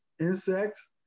insects